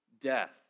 death